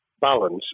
balance